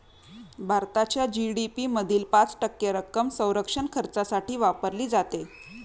भारताच्या जी.डी.पी मधील पाच टक्के रक्कम संरक्षण खर्चासाठी वापरली जाते